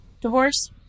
Divorce